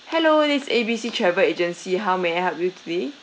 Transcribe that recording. hello this A B C travel agency how may I help you today